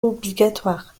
obligatoire